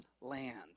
land